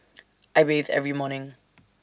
I bathe every morning